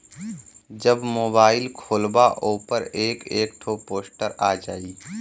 जब मोबाइल खोल्बा ओपर एक एक ठो पोस्टर आ जाई